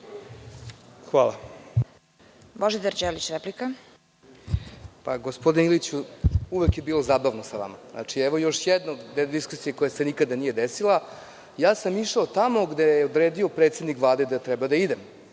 replika. **Božidar Đelić** Gospodine Iliću, uvek je bilo zabavno sa vama. Evo još jedne diskusije koja se nikada nije desila. Ja sam išao tamo gde je odredio predsednik Vlade da treba da idem,